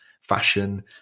fashion